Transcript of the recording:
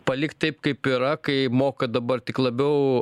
palikt taip kaip yra kai moka dabar tik labiau